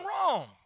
wrong